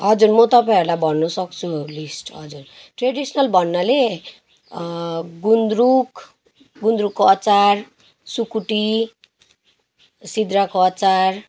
हजुर म तपाईँहरूलाई भन्न सक्छु लिस्ट हजुर ट्रेडिसनल भन्नाले गुन्द्रुक गुन्द्रुकको अचार सुकुटी सिद्राको अचार